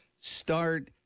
start